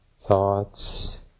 thoughts